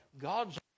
God's